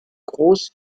groß